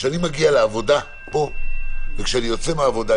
כשאני מגיע לעבודה פה וכשאני יוצא מהעבודה,